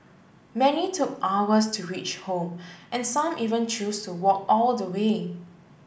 many took hours to reach home and some even chose to walk all the way